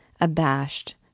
abashed